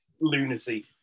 lunacy